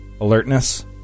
alertness